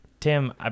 Tim